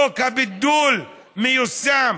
חוק הבידול מיושם,